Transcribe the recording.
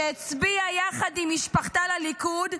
שהצביעה יחד עם משפחתה לליכוד,